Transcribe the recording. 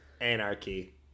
Anarchy